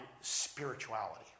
spirituality